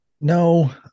No